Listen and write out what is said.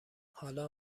حالا